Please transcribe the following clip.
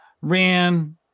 ran